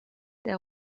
der